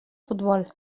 futbol